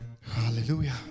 Hallelujah